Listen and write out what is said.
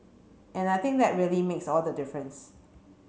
and I think that really makes all the difference